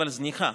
אבל זניחה,